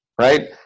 Right